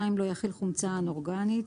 לא יכיל חומצה אנאורגנית.